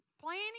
planning